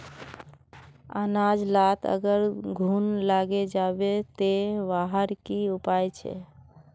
अनाज लात अगर घुन लागे जाबे ते वहार की उपाय छे?